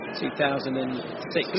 2006